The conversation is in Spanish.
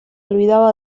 olvidaba